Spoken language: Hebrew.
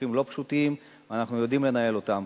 ויכוחים לא פשוטים, אנחנו יודעים לנהל אותם.